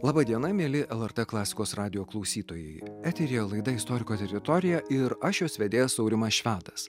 laba diena mieli lrt klasikos radijo klausytojai eteryje laida istoriko teritorija ir aš jos vedėjas aurimas švedas